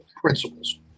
principles